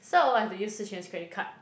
so I have to use Shi-Xuan's credit card